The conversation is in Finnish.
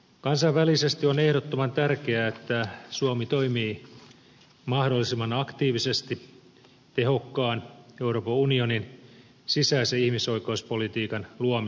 kansainvälisesti on ehdottoman tärkeää että suomi toimii mahdollisimman aktiivisesti tehokkaan euroopan unionin sisäisen ihmisoikeuspolitiikan luomiseksi